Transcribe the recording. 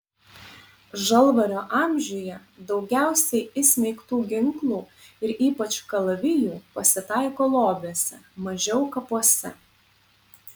žalvario amžiuje daugiausiai įsmeigtų ginklų ir ypač kalavijų pasitaiko lobiuose mažiau kapuose